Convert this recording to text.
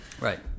Right